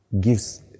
gives